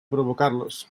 provocarlos